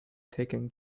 taking